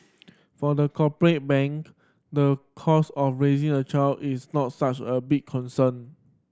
for the corporate bank the cost of raising a child is not such a big concern